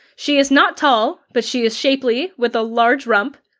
she is not tall, but she is shapely, with a large rump,